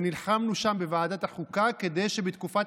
ונלחמנו שם בוועדת החוקה כדי שבתקופת